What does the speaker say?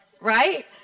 right